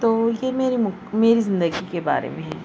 تو یہ میری میری زندگی کے بارے میں ہیں